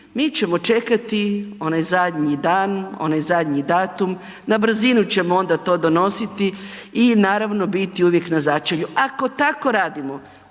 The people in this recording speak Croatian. mi ćemo čekati onaj zadnji dan, onaj zadnji datum, na brzinu ćemo onda to donositi i naravno biti uvijek na začelju. Ako tako radimo,